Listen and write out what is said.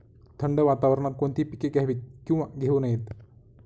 थंड वातावरणात कोणती पिके घ्यावीत? किंवा घेऊ नयेत?